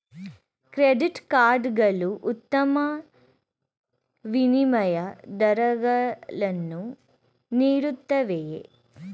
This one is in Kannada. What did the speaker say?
ಕ್ರೆಡಿಟ್ ಕಾರ್ಡ್ ಗಳು ಉತ್ತಮ ವಿನಿಮಯ ದರಗಳನ್ನು ನೀಡುತ್ತವೆಯೇ?